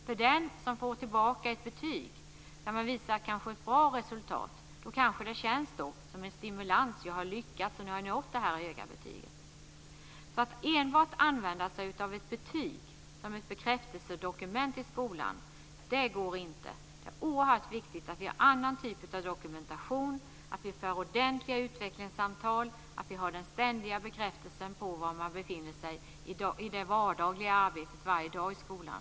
För den som får tillbaka ett betyg där man har fått ett bra resultat, så kanske det känns som en stimulans och att man har lyckats och nått ett högt betyg. Att använda sig enbart av ett betyg som ett bekräftelsedokument i skolan går inte. Det är oerhört viktigt att vi har en annan typ av dokumentation, att vi för ordentliga utvecklingssamtal och att vi har den ständiga bekräftelsen på var man befinner sig i det vardagliga arbetet i skolan.